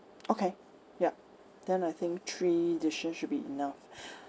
okay yup then I think three dishes should be enough